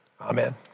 Amen